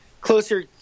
closer